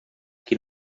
quin